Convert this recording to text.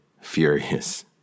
furious